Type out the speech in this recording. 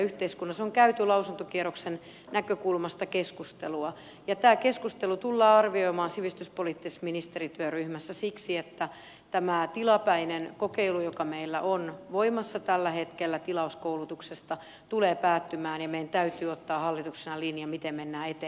yhteiskunnassa on käyty lausuntokierroksen näkökulmasta keskustelua ja tämä keskustelu tullaan arvioimaan sivistyspoliittisessa ministerityöryhmässä siksi että tämä tilapäinen kokeilu joka meillä on voimassa tällä hetkellä tilauskoulutuksesta tulee päättymään ja meidän täytyy ottaa hallituksessa linja miten mennään eteenpäin